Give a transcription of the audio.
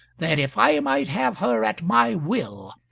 that if i might have her at my will,